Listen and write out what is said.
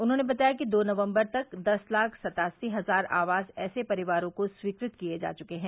उन्होंने बताया कि दो नवम्बर तक दस लाख सत्तासी हजार आवास ऐसे परिवारों को स्वीकृत किए जा चुके है